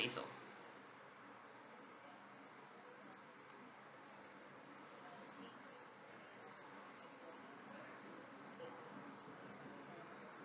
say so